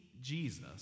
Jesus